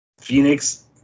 Phoenix